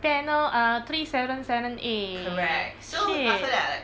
penal err three seven seven a shit